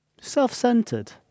self-centered